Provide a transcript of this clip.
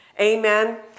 Amen